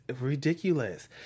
ridiculous